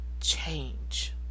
change